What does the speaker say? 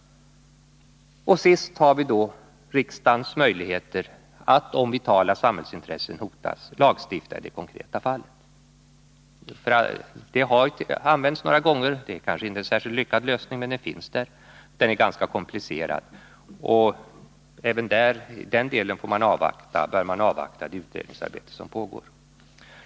Sist har vi då riksdagens möjlighet att, om vitala samhällsintressen hotas, lagstifta i det konkreta fallet. Detta har tillämpats några gånger. Det är kanske inte någon särskilt lyckad lösning, men den finns där. Den är dock ganska komplicerad, och även i denna del bör man avvakta det utredningsarbete som pågår.